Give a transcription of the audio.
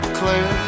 clear